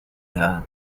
دهد